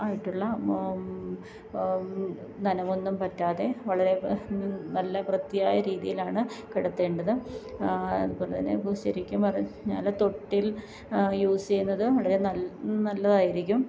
ആയിട്ടുള്ള നനവൊന്നും പറ്റാതെ വളരെ നല്ല വൃത്തിയായ രീതിയിലാണ് കിടത്തേണ്ടത് അതുപോലെ തന്നെ അത് ശരിക്കും പറഞ്ഞാല് തൊട്ടില് യൂസ് ചെയ്യുന്നത് വളരെ നൽ നല്ലതായിരിക്കും